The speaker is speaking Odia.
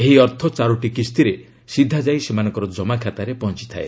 ଏହି ଅର୍ଥ ଚାରୋଟି କିସ୍ତିରେ ସିଧାଯାଇ ସେମାନଙ୍କ ଜମାଖାତାରେ ପହଞ୍ଚ ଥାଏ